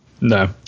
No